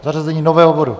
Zařazení nového bodu.